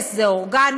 0 זה אורגני,